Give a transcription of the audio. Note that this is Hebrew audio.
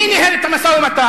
מי ניהל את המשא-ומתן?